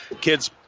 kids